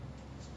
mm